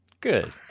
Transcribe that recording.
good